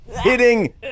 hitting